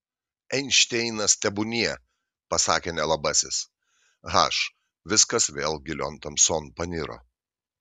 einšteinas tebūnie pasakė nelabasis h viskas vėl gilion tamson paniro